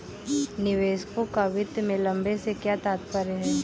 निवेशकों का वित्त में लंबे से क्या तात्पर्य है?